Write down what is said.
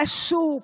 בשוק,